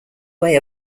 way